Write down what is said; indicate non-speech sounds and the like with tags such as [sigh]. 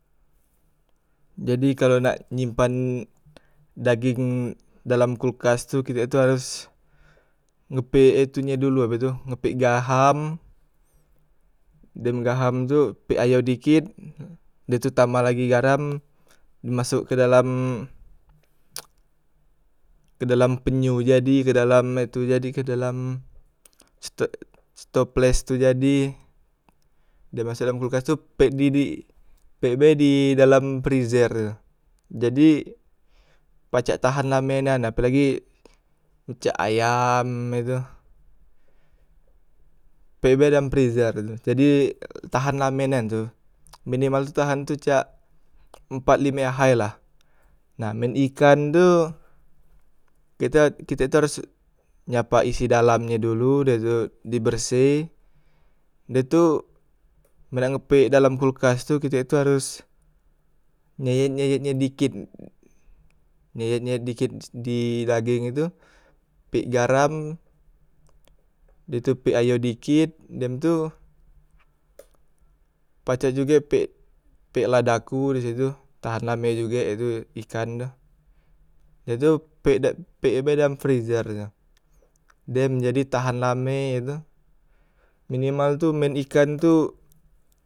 Jadi kalo nak nyimpan dageng dalam kulkas tu kite tu haros ngepek itu e dulu ape tu ngepek gaham, dem gaham tu pek ayo dikit da tu tambah lagi garam, masok ke dalam [noise] ke dalam penyu jadi ke dalam e tu jadi ke dalam se te setoples tu jadi, di masok dalam kulkas pek di bi pek be di dalam frizer tu, jadik pacak tahan lame nian, apelagi jak ayam e tu pek be dalam frizer jadi tahan lame nian tu, minimal tu tahan cak empa lime ahai la, na man ikan tu kita kite harus nyapak isi dalam nye dulu dah tu di berseh de tu men nak ngepek dalam kulkas tu kite tu haros nyeyet- nyeyet e dikit, nyeyet- nyeyet dikit di dageng e tu pek garam da tu pek ayo dikit, dem tu pacak juge pek pek ladaku di situ tahan lame juge ikan tu dah tu pek e be dalam frizer tu, dem jadi tahan lame ye tu minimal tu man ikan tu.